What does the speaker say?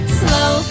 slow